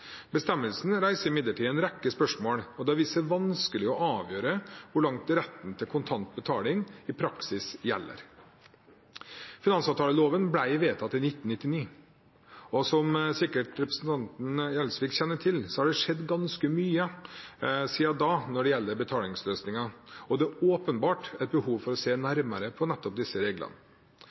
Bestemmelsen reiser imidlertid en rekke spørsmål, og det har vist seg vanskelig å avgjøre hvor langt retten til kontant betaling i praksis gjelder. Finansavtaleloven ble vedtatt i 1999. Som representanten Gjelsvik sikkert kjenner til, har det skjedd ganske mye siden da når det gjelder betalingsløsninger, og det er åpenbart et behov for å se nærmere på nettopp disse reglene.